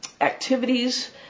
activities